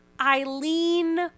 Eileen